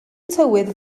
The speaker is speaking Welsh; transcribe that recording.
tywydd